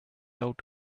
out